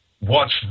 watch